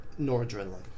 noradrenaline